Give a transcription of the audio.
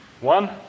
One